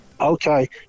Okay